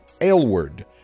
Aylward